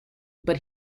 but